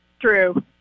True